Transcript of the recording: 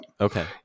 Okay